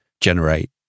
generate